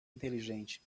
inteligente